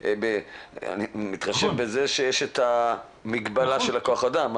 אני מתחשב בכך שיש את מגבלת כח האדם,